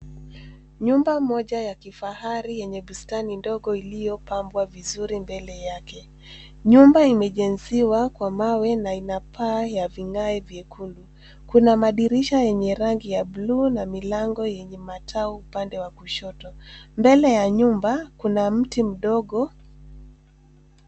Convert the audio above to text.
Nyumba moja ya kifahari yenye bustani ndogo iliyopambwa vizuri mbele yake. Nyumba imejenziwa kwa mawe na ina paa ya vigae vyekundu. Kuna madirisha yenye rangi buluu na milango yenye mataa upande wa kushoto. Mbele ya nyumba kuna mti mdogo.